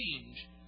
change